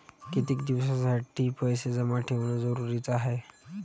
कितीक दिसासाठी पैसे जमा ठेवणं जरुरीच हाय?